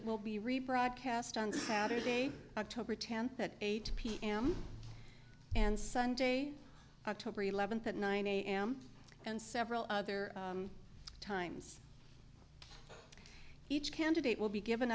it will be rebroadcast on saturday october tenth at eight pm and sunday october eleventh at nine am and several other times each candidate will be given